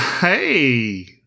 Hey